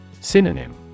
Synonym